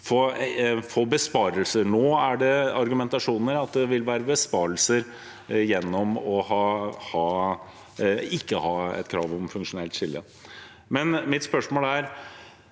Nå er argumentasjonen at det vil være besparelser gjennom ikke å ha et krav om funksjonelt skille.